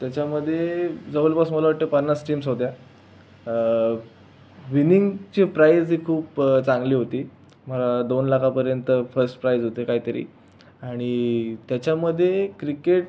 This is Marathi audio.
त्याच्यामध्ये जवळपास मला वाटतं पन्नास टीम्स होत्या विनिंगचे प्राइजही खूप चांगली होती दोन लाखापर्यंत फर्स्ट प्राइज होते काहीतरी आणि त्याच्यामध्ये क्रिकेट